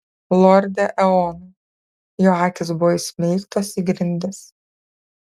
lorde eonai jo akys buvo įsmeigtos į grindis